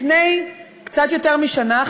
לפני קצת יותר משנה,